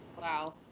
Wow